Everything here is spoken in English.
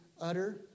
utter